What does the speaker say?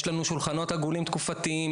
יש לנו שולחנות עגולים תקופתיים,